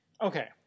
Okay